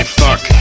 fuck